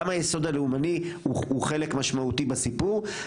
גם היסוד הלאומני הוא חלק משמעותי בסיפור.